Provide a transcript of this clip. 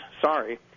sorry